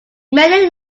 many